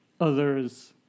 others